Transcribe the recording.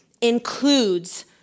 includes